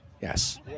Yes